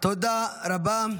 תודה רבה.